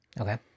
Okay